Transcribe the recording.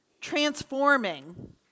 transforming